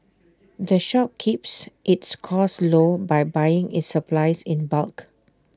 the shop keeps its costs low by buying its supplies in bulk